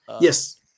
Yes